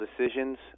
decisions